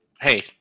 Hey